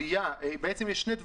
בעניין הזה: